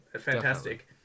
fantastic